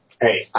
Hey